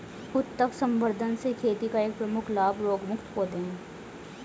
उत्तक संवर्धन से खेती का एक प्रमुख लाभ रोगमुक्त पौधे हैं